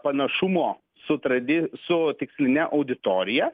panašumo su tradi su tiksline auditorija